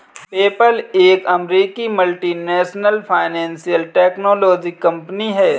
PayPal एक अमेरिकी multinational financial technology company है